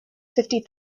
fifty